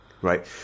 Right